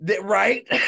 Right